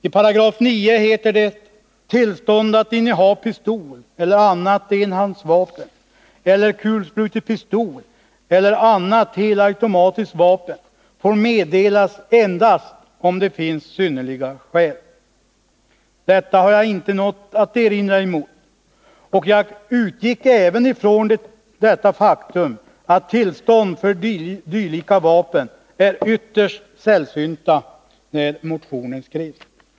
I 98 i förslaget heter det: ”Tillstånd att inneha pistol eller annat enhandsvapen eller kulsprutepistol eller annat helautomatiskt vapen får meddelas endast om det finns synnerliga skäl. ”Detta har jag inte något att erinra emot. När motionen skrevs utgick jag ifrån det faktum att tillstånd för dylika vapen var ytterst sällsynt.